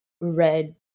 red